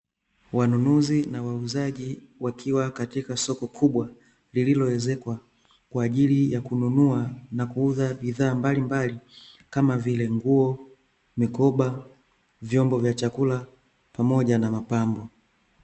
Wanunuzi na wauzaji wakiwa katika soko kubwa, lililoezekwa kwa ajili ya kununua na kuuza bidhaa mbalimbali, kama vile: nguo, mikoba, vyombo vya chakula pamoja na mapambo.